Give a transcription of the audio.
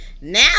Now